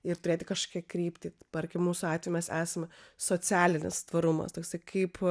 ir turėti kažkokią kryptį tarkim mūsų atveju mes esame socialinis tvarumas toksai kaip